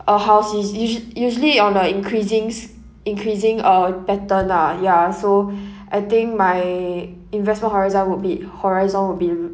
a house is usua~ usually on a increasings increasing uh pattern ah ya so I think my investment horizon would be horizon would be